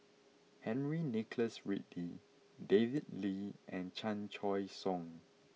Henry Nicholas Ridley David Lee and Chan Choy Siong